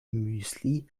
müsli